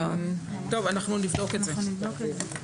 טוב, אנחנו נבדוק את זה.